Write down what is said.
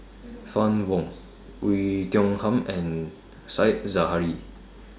Fann Wong Oei Tiong Ham and Said Zahari